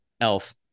Elf